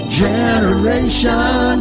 generation